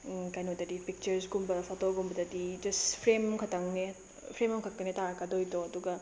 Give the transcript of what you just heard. ꯀꯩꯅꯣꯗꯗꯤ ꯄꯤꯛꯆꯔꯁꯀꯨꯝꯕ ꯐꯣꯇꯣꯒꯨꯝꯕꯗꯗꯤ ꯖꯁꯠ ꯐ꯭ꯔꯦꯝ ꯈꯇꯪꯅꯦ ꯐ꯭ꯔꯦꯝ ꯑꯃꯈꯛꯅꯦ ꯇꯔꯛꯀꯗꯣꯏꯗꯣ ꯑꯗꯨꯒ